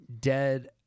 Dead